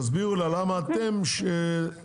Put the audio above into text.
תסבירו לה למה אתם שונים.